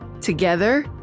Together